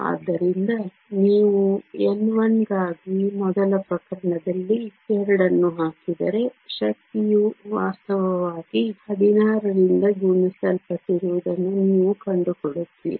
ಆದ್ದರಿಂದ ನೀವು n 1 ಗಾಗಿ ಮೊದಲ ಪ್ರಕರಣದಲ್ಲಿ 2 ಅನ್ನು ಹಾಕಿದರೆ ಶಕ್ತಿಯು ವಾಸ್ತವವಾಗಿ 16 ರಿಂದ ಗುಣಿಸಲ್ಪಟ್ಟಿರುವುದನ್ನು ನೀವು ಕಂಡುಕೊಳ್ಳುತ್ತೀರಿ